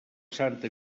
santa